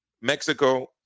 Mexico